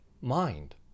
mind